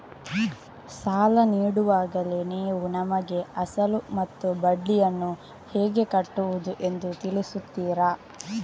ಸಾಲ ನೀಡುವಾಗಲೇ ನೀವು ನಮಗೆ ಅಸಲು ಮತ್ತು ಬಡ್ಡಿಯನ್ನು ಹೇಗೆ ಕಟ್ಟುವುದು ಎಂದು ತಿಳಿಸುತ್ತೀರಾ?